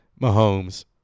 Mahomes